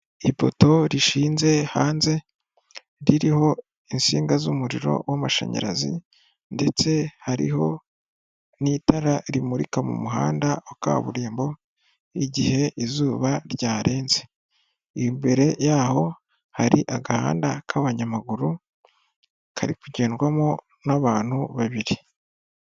Ipoto rishinze hanze, ririho insinga z'umuriro w'amashanyarazi ndetse hariho n'itara rimurika mu muhanda wa kaburimbo igihe izuba ryarenze, imbere y'aho hari agahanda k'abanyamaguru, kari kugendwamo n'abantu babiri.